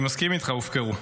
אני מסכים איתך, הופקרו.